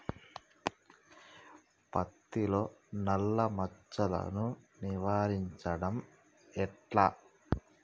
పత్తిలో నల్లా మచ్చలను నివారించడం ఎట్లా?